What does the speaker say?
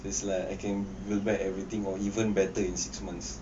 so it's like I can build back everything or even better in six months